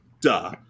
duh